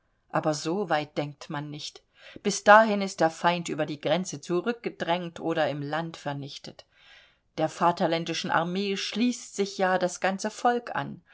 aber so weit denkt man nicht bis dahin ist der feind über die grenze zurückgedrängt oder im land vernichtet der vaterländischen armee schließt sich ja das ganze volk an